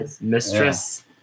Mistress